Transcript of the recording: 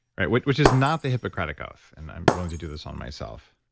which which is not the hippocratic oath. and i'm willing to do this on myself.